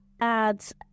adds